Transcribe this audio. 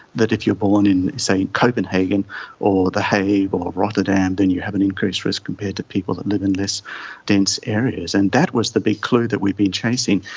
that if you are born in, say, copenhagen or the hague or rotterdam then you have an increased risk compared to people that live in less dense areas. and that was the big clue that we've been chasing.